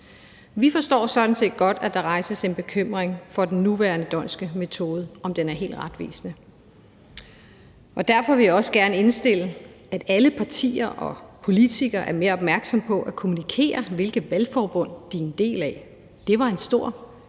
Vi forstår sådan set godt, at der rejses en bekymring, i forhold til om den nuværende d'Hondtske metode er helt retvisende. Derfor vil jeg også gerne indstille, at alle partier og politikere er mere opmærksomme på at kommunikere, hvilke valgforbund de er en del af. Det var en stor